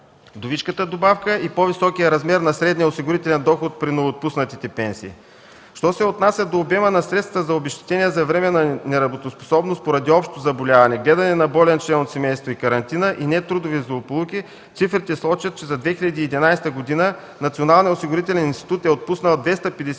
вдовишката добавка и по-високият размер на средния осигурителен доход при новоотпуснатите пенсии. Що се отнася до обема на средствата за обезщетения за временна неработоспособност поради общо заболяване, гледане на болен член от семейството – карантина и нетрудови злополуки, цифрите сочат, че за 2011 г. Националният осигурителен институт е отпуснал 256 млн.